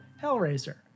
Hellraiser